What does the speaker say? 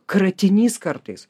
kratinys kartais